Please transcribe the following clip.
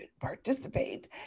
participate